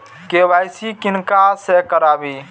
KYC किनका से कराबी?